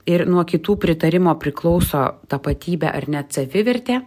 ir nuo kitų pritarimo priklauso tapatybė ar net savivertė